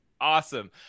awesome